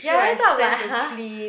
ya that's why I'm like !huh!